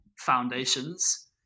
foundations